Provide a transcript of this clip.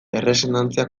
erresonantzia